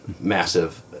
massive